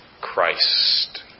Christ